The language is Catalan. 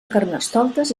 carnestoltes